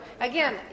again